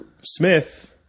Smith –